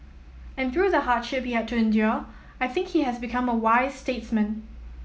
and through the hardship he had to endure I think he has become a wise statesman